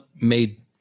made